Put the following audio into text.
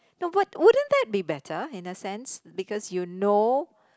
no would wouldn't that be better in a sense because you know